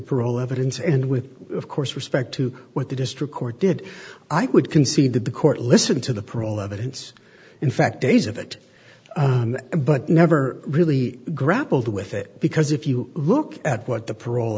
parole evidence and with of course respect to what the district court did i would concede that the court listened to the parole evidence in fact days of it but never really grappled with it because if you look at what the parole